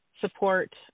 support